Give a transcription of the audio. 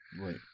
Right